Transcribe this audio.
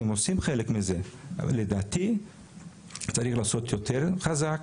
אתם עושים חלק מזה אבל לדעתי צריך לעשות יותר חזק,